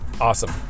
awesome